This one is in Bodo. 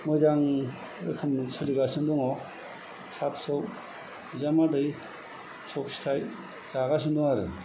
मोजां रोखोमै सोलिगासिनो दङ फिसा फिसौ बिजामादै फिसौ फिथाय जागासिनो दं आरो